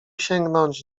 sięgnąć